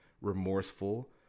remorseful